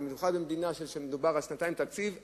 במיוחד כאשר מדובר על תקציב לשנתיים,